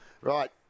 Right